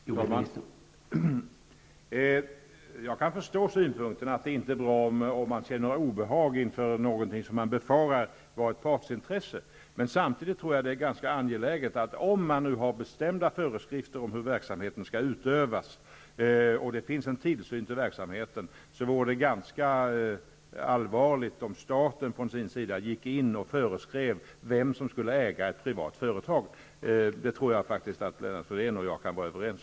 Herr talman! Jag kan förstå synpunkten att det inte är bra att känna obehag inför någonting som man befarar är ett partsintresse. Samtidigt tror jag, att om man har bestämda föreskrifter om hur verksamheten skall utövas -- och det finns tillsyn beträffande verksamheten --, vore det ganska allvarligt om staten gick in och föreskrev vem som skall äga ett privat företag. Om den saken tror jag faktiskt att Lennart Fridén och jag kan vara överens.